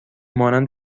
مانند